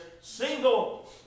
single